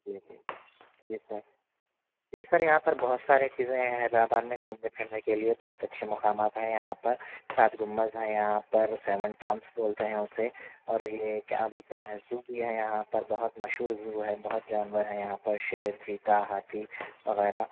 جی جی جی سر جی سر یہاں پر بہت سارے چیزیں ہیں حیدرآباد میں گھومنے پھرنے کے لیے بہت اچھے مقامات ہیں یہاں پر سات گنبد ہیں یہاں پر سیون ٹامب بولتے ہیں اُسے اور یہ کیا بولتے ہیں زو بھی یہاں پر بہت مشہور زو ہے بہت جانور ہیں یہاں پر شیر چیتا ہاتھی وغیرہ